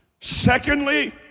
secondly